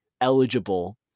eligible